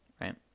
Right